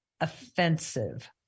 offensive